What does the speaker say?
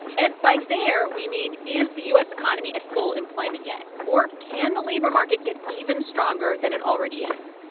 and by there, we mean, is the u s. economy at full employment yet or can the labor market get even stronger than it already is?